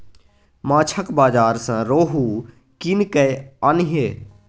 माछक बाजार सँ रोहू कीन कय आनिहे